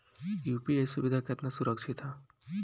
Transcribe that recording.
UPI सुविधा केतना सुरक्षित ह?